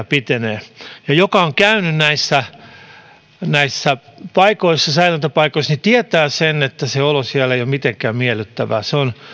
pitenee joka on käynyt näissä näissä säilöntäpaikoissa tietää sen että olo siellä ei ole mitenkään miellyttävää